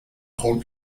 hold